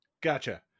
gotcha